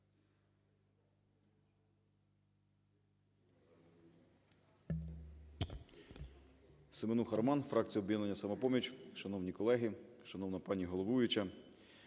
Семенуха Роман, фракція "Об'єднання "Самопоміч". Шановні колеги! Шановна пані головуюча!